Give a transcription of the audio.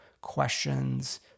questions